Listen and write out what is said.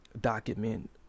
document